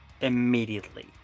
immediately